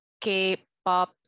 K-pop